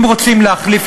אם רוצים להחליף,